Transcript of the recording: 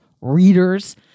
readers